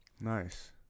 Nice